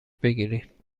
بگیرین